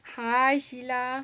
hi sheila